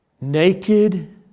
Naked